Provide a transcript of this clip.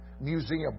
Museum